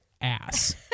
ass